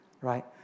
Right